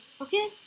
okay